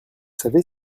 savez